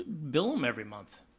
bill them every month.